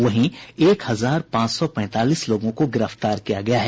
वहीं एक हजार पांच सौ पैंतालीस लोगों को गिरफ्तार किया गया है